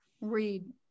Read